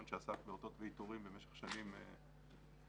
שעסק באותות ובעיטורים במשך שנים רבות.